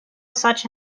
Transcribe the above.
such